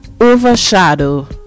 overshadow